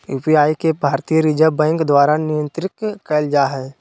UPI के भारतीय reserve bank द्वारा नियंत्रित कइल जा हइ